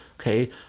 okay